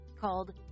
called